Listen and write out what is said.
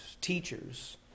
teachers